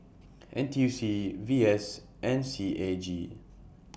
N T U C V S and C A G